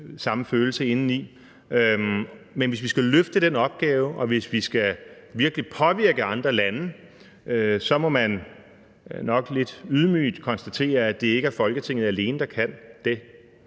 samme følelse indeni. Men hvis vi skal løfte den opgave, og hvis vi virkelig skal påvirke andre lande, må man nok lidt ydmygt konstatere, at det ikke er Folketinget alene, der kan det,